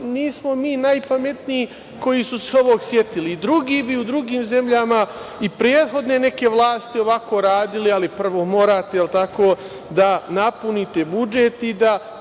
nismo mi najpametniji koji smo se ovog setili, i drugi bi u drugim zemljama i prethodne neke vlasti ovako radile, ali prvo morate da napunite budžet i da